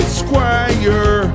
squire